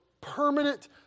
permanent